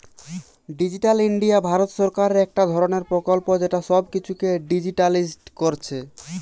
digital India Bharat সরকারের একটা ধরণের প্রকল্প যেটা সব কিছুকে ডিজিটালিসড কোরছে